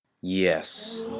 Yes